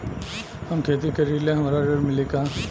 हम खेती करीले हमरा ऋण मिली का?